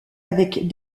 avec